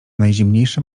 najzimniejszy